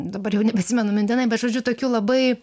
dabar jau nebeatsimenu mintinai bet žodžiu tokiu labai